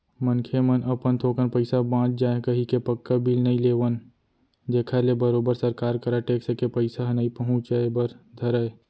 मनखे मन अपन थोकन पइसा बांच जाय कहिके पक्का बिल नइ लेवन जेखर ले बरोबर सरकार करा टेक्स के पइसा ह नइ पहुंचय बर धरय